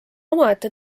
omaette